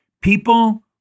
People